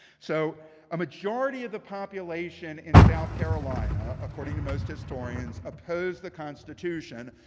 so a majority of the population in south carolina, according to most historians, oppose the constitution.